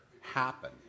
happen